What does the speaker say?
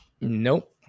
Nope